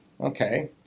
okay